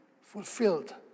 fulfilled